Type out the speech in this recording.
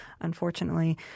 unfortunately